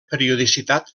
periodicitat